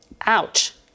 Ouch